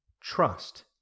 trust